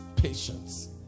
Patience